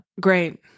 Great